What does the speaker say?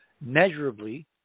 measurably